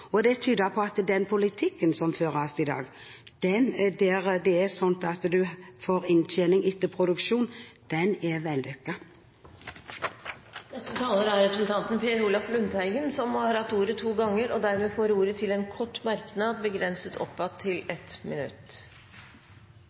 og det tyder på at den politikken som føres i dag, der du får inntjening etter produksjon, er vellykket. Representanten Per Olaf Lundteigen har hatt ordet to ganger tidligere og får ordet til en kort merknad, begrenset til 1 minutt.